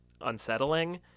unsettling